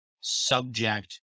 subject